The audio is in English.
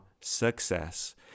Success